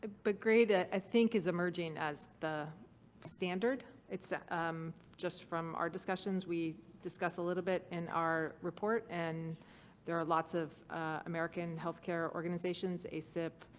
but grade ah i think is emerging as the standard. it's ah um just from our discussions, we discussed a little bit in our report and there are lots of american healthcare organizations, asip.